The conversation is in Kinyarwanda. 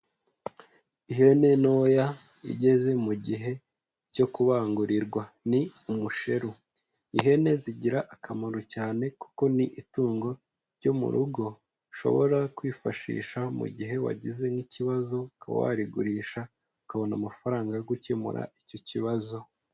Ihene ntoya igeze mu gihe cyo kubangurirwa ni umusheru, ihene zigira akamaro cyane kuko ni itungo ryo mu rugo ushobora kwifashisha mu gihe wagize nk'ikibazo ukaba warigurisha ukabona amafaranga yo gukemura icyo kibazo.